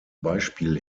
beispiel